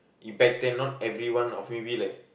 you back then not everyone or maybe like